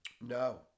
No